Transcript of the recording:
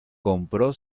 compró